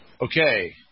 okay